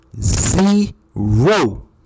Zero